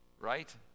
Right